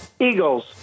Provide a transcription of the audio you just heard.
eagles